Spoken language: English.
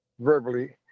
verbally